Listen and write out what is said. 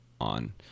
on